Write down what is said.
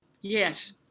Yes